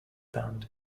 band